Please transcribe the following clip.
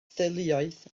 theuluoedd